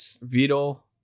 Vito